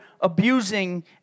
abusing